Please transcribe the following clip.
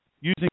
using